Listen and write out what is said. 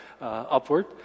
upward